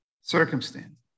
circumstance